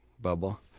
bubble